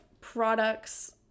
products